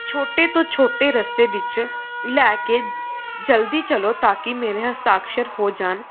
ਛੋਟੇ ਤੋਂ ਛੋਟੇ ਰਸਤੇ ਵਿੱਚ ਲੈ ਕੇ ਜਲਦੀ ਚੱਲੋ ਤਾਂ ਕਿ ਮੇਰੇ ਹਸਤਾਕਸ਼ਰ ਹੋ ਜਾਣ